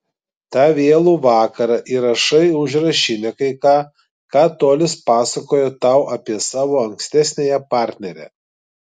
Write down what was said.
tą vėlų vakarą įrašai į užrašinę kai ką ką tolis pasakojo tau apie savo ankstesniąją partnerę